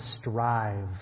strive